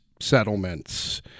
settlements